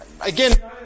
again